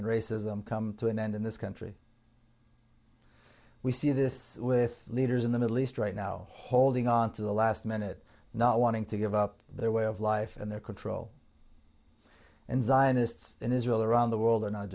and racism come to an end in this country we see this with leaders in the middle east right now holding on to the last minute not wanting to give up their way of life and their control and zionists in israel around the world are not